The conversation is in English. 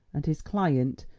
and his client,